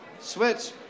switch